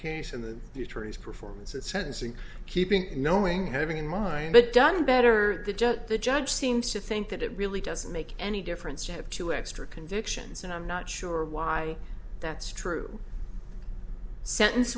case in the future his performance at sentencing keeping and knowing having in mind but done better the judge the judge seems to think that it really doesn't make any difference to have two extra convictions and i'm not sure why that's true sentence